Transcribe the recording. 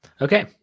Okay